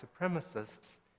supremacists